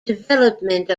development